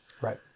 Right